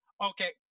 Okay